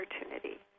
opportunity